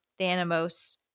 Thanos